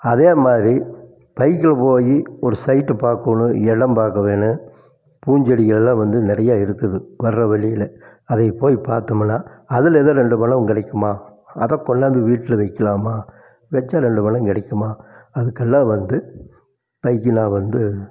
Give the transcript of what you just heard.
அதே மாதிரி பைக்கில் போய் ஒரு சைட்டை பார்க்கோணும் இடம் பார்க்க வேணும் பூஞ்செடிங்கள்லாம் வந்து நிறையா இருக்குது வர்ற வழியில் அதை போய் பார்த்தோம்னா அதில் எதோ ரெண்டு பழம் கிடைக்குமா அதை கொண்டாந்து வீட்டில் வைக்கலாமா வச்சா ரெண்டு பழம் கிடைக்குமா அதுக்கெல்லாம் வந்து பைக்கு நான் வந்து